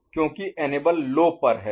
क्योंकि इनेबल लो पर है